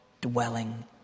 dwelling